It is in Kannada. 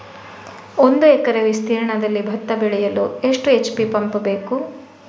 ಒಂದುಎಕರೆ ವಿಸ್ತೀರ್ಣದಲ್ಲಿ ಭತ್ತ ಬೆಳೆಯಲು ಎಷ್ಟು ಎಚ್.ಪಿ ಪಂಪ್ ಬೇಕು?